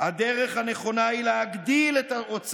חבריי חברי